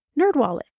Nerdwallet